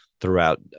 throughout